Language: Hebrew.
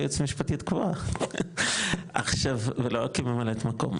כיועצת משפטית קבועה ולא רק כממלאת מקום,